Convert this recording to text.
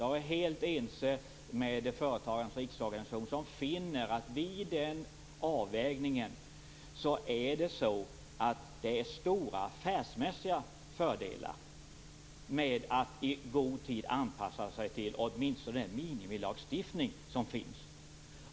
Jag är helt ense med Företagarnas Riksorganisation som finner att det vid denna avvägning finns stora affärsmässiga fördelar med att i god tid anpassa sig till åtminstone den minimilagstiftning som finns.